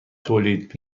تولید